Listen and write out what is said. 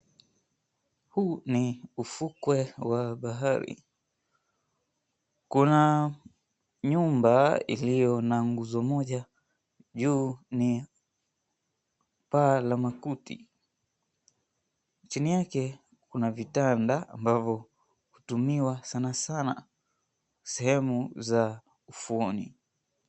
Huu ni ufukwe wa bahari. Kuna nyumba iliyo na nguzo moja, juu ni paa la makuti, chini yake kuna vitanda ambavyo hutumiwa sana sana sehemu za fuoni.